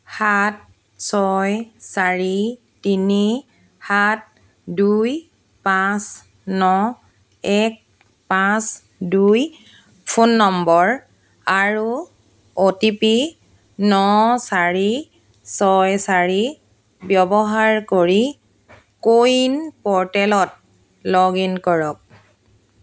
সাত ছয় চাৰি তিনি সাত দুই পাঁচ ন এক পাঁচ দুই ফোন নম্বৰ আৰু অ' টি পি ন চাৰি ছয় চাৰি ব্যৱহাৰ কৰি কো ৱিন প'ৰ্টেলত লগ ইন কৰক